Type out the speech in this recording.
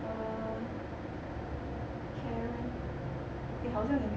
err karen okay 好像也